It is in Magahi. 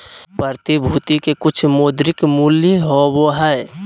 प्रतिभूति के कुछ मौद्रिक मूल्य होबो हइ